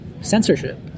censorship